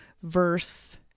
verse